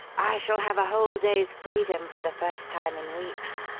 i shall have a whole day's freedom for the first time in weeks.